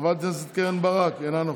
חברת הכנסת אז קרן ברק, אינה נוכחת,